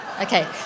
Okay